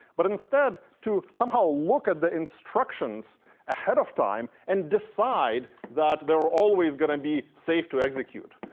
but instead to somehow look at the instructions ahead of time, and decide that there are always going to be safe to execute.